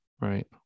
right